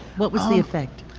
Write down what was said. what was the effect?